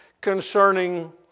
concerning